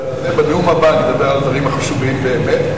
בדיון הבא אני אדבר על הדברים החשובים באמת.